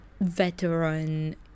veteran